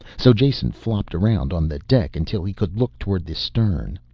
so jason flopped around on the deck until he could look towards the stern.